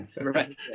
Right